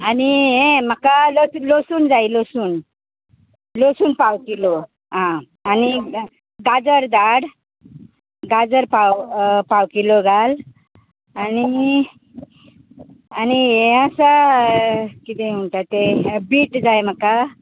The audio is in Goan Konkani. आनी हें म्हाका लस लसूण जाय लसूण लसूण पाव किलो आं आनी गाजर धाड गाजर पाव पाव किलो घाल आनी आनी हें आसा कितें म्हुणटा ते बीट जाय म्हाका